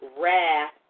wrath